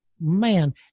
Man